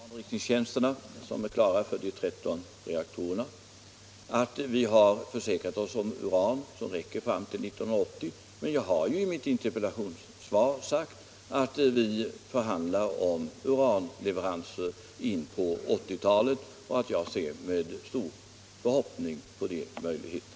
Herr talman! Min tanke gick närmast till anrikningstjänsterna, som är helt klara för de tretton reaktorerna. Vi har försäkrat oss om uran som räcker fram till 1980. Men jag har ju i mitt interpellationssvar sagt att vi förhandlar om uranleveranser in på 1980-talet och att jag med stor förhoppning ser på de möjligheterna.